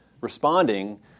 responding